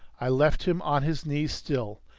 i left him on his knees still,